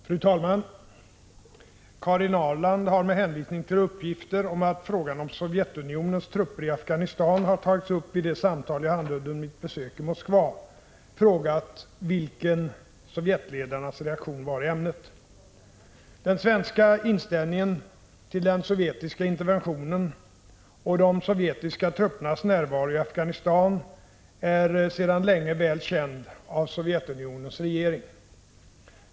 Fru talman! Karin Ahrland har, med hänvisning till uppgifter om att frågan om Sovjetunionens trupper i Afghanistan har tagits upp vid de samtal jag hade under mitt besök i Moskva, frågat vilken sovjetledarnas reaktion var i ämnet. Den svenska inställningen till den sovjetiska interventionen och de sovjetiska truppernas närvaro i Afghanistan är sedan länge väl känd av Sovjetunionens regering.